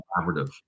collaborative